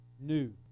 new